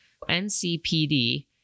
NCPD